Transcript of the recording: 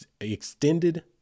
extended